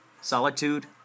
Solitude